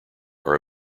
are